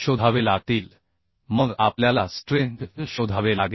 शोधावे लागतील मग आपल्याला स्ट्रेंथ शोधावे लागेल